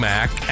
Mac